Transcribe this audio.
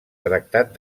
tractat